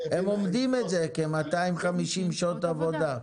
הם אומדים את זה כ-250 שעות עבודה.